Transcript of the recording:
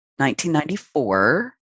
1994